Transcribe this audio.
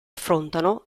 affrontano